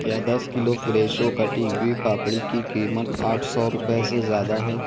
کیا دس کلو فریشو کٹی ہوئی پاپڑی کی قیمت آٹھ سو روپے سے زیادہ ہے